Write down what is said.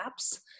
apps